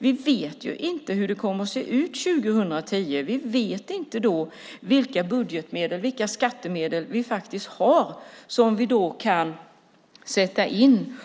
Vi vet inte hur det kommer att se ut år 2010 och vilka budgetmedel och skattemedel vi faktiskt har och då kan sätta in.